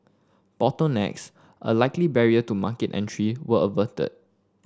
bottlenecks a likely barrier to market entry were averted